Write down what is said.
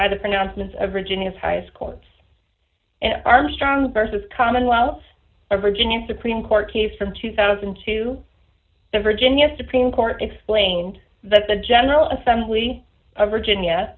by the pronouncements of virginia's highest court armstrong versus commonwealth of virginia supreme court case from two thousand to the virginia supreme court explained that the general assembly of virginia